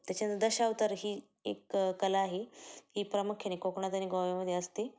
त्याच्यानंतंर दशावतार ही एक कला आहे ही प्रामुख्याने कोकणात आणि गोव्यामध्ये असते